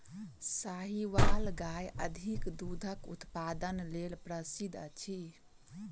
साहीवाल गाय अधिक दूधक उत्पादन लेल प्रसिद्ध अछि